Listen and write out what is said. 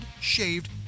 shaved